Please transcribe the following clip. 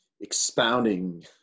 expounding